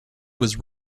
was